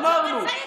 אמרנו,